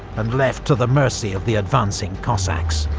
and left to the mercy of the advancing cossacks.